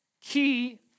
key